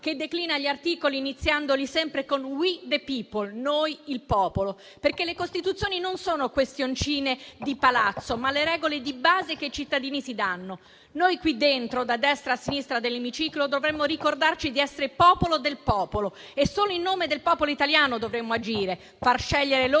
che declina gli articoli iniziandoli sempre con «*We the People»,* ovvero «Noi, il Popolo», perché le Costituzioni sono non questioncine di palazzo, ma le regole di base che i cittadini si danno. Noi qui dentro, da destra a sinistra dell'Emiciclo, dovremmo ricordarci di essere popolo del popolo e solo in nome del popolo italiano dovremmo agire, far scegliere loro,